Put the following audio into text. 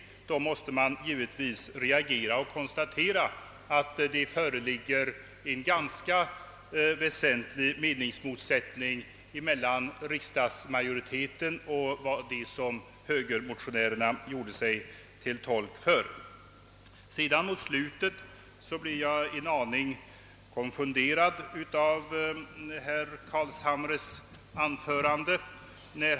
Vid dessa tillfällen måste man notera, att det förelåg en ganska väsentlig meningsmotsättning mellan riksdagsmajoritetens uppfattning och den inställning som högermotionärerna gjorde sig till förespråkare för. Mot slutet av herr Carlshamres anförande blev jag en aning konfunderad.